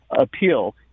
appeal—